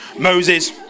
Moses